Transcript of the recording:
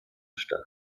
stahl